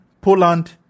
Poland